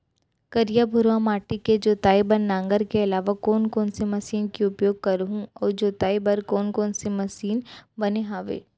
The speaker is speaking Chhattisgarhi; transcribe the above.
करिया, भुरवा माटी के जोताई बर नांगर के अलावा कोन कोन से मशीन के उपयोग करहुं अऊ जोताई बर कोन कोन से मशीन बने हावे?